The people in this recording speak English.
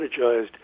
strategized